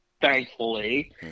thankfully